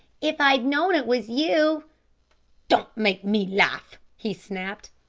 if i'd known it was you don't make me laugh! he snapped.